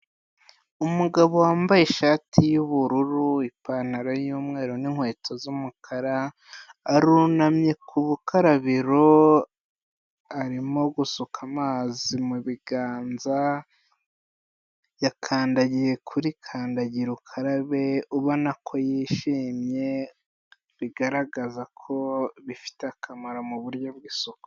Umugabo wambaye ishati y'ubururu, ipantaro y'umweru n'inkweto z'umukara, arunamye ku bukarabiro arimo gusuka amazi mu biganza, yakandagiye kuri kandagira ukarabe ubona ko yishimye, bigaragaza ko bifite akamaro mu buryo bw'isuku.